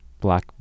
black